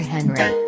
Henry